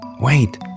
Wait